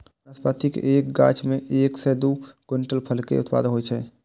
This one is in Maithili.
नाशपाती के एक गाछ मे एक सं दू क्विंटल फल के उत्पादन होइ छै